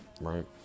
right